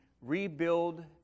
rebuild